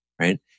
right